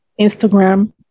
Instagram